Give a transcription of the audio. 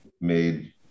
made